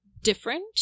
different